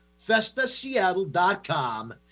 Festaseattle.com